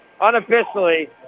Unofficially